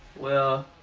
well.